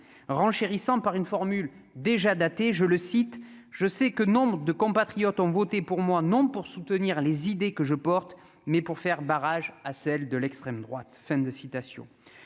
renchérissant par une formule déjà daté, je le cite : je sais que nombre de compatriotes ont voté pour moi non pour soutenir les idées que je porte, mais pour faire barrage à celles de l'extrême droite,